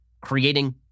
creating